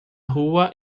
rua